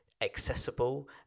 accessible